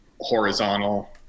horizontal